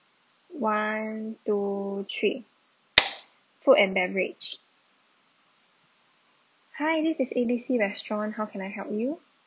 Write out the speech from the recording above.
one two three food and beverage hi this is A B C restaurant how can I help you